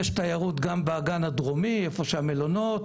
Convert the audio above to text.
יש גם תיירות באגן הדרומי באזור המלונות.